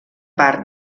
part